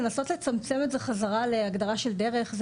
לנסות לצמצם את זה חזרה להגדרה של דרך זה